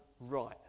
right